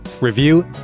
review